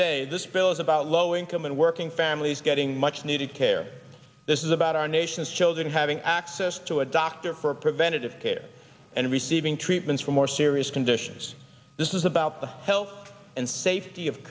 day this bill is about law no income and working families getting much needed care this is about our nation's children having access to a doctor for preventative care and receiving treatments for more serious conditions this is about the health and safety of